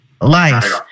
life